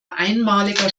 einmaliger